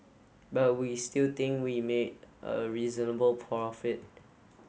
but we still think we made a reasonable profit